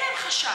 אין להם חשב,